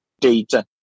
data